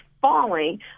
falling